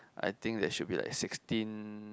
I think there should be like sixteen